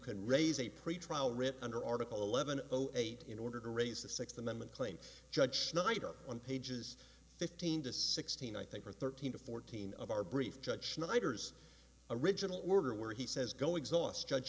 could raise a pretrial writ under article eleven zero eight in order to raise the sixth amendment claim judge snyder on pages fifteen to sixteen i think or thirteen to fourteen of our brief judge schneider's original order where he says go exhaust judge